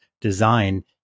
design